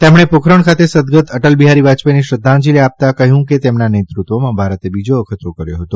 તેમણે પોખરણ ખાતે સદગત અટલ બિહારી વાજપેયીને શ્રદ્ધાંજલિ આપતાં કહ્યું કે તેમના નેતૃત્વમાં ભારતે બીજા અખતરો કર્યો હતો